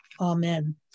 Amen